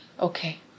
Okay